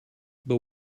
but